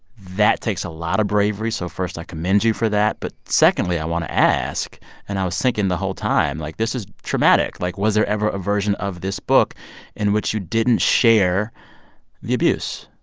that takes a lot of bravery. so first, i commend you for that but secondly, i want to ask and i was thinking the whole time like, this is traumatic. like, was there ever a version of this book in which you didn't share the abuse?